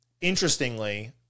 interestingly